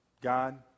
God